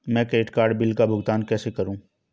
मैं credit card bill का भुगतान कैसे करूं?